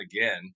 again